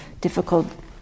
difficult